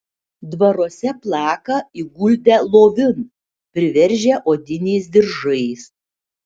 dvaruose plaka įguldę lovin priveržę odiniais diržais